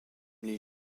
les